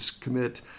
commit